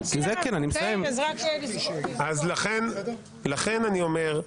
אני באה ומציגה עמדה.